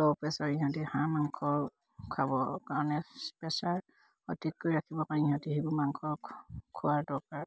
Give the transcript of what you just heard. ল' প্ৰেছাৰ ইহঁতি হাঁহ মাংস খাবৰ কাৰণে প্ৰেচাৰ সঠিককৈ ৰাখিব কাৰণে ইহঁতি সেইবোৰ মাংস খোৱাৰ দৰকাৰ